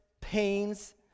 pains